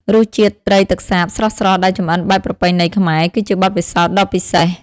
រសជាតិត្រីទឹកសាបស្រស់ៗដែលចម្អិនបែបប្រពៃណីខ្មែរ គឺជាបទពិសោធន៍ដ៏ពិសេស។